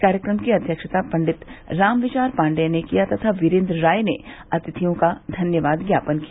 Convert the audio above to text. कार्यक्रम की अध्यक्षता पण्डित रामविचार पाण्डेय ने किया तथा वीरेन्द्र राय ने अतिथियों का धन्यवाद ज्ञापन किया